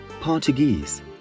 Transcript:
Portuguese